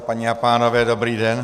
Paní a pánové, dobrý den.